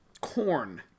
corn